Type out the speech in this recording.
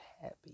happy